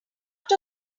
lot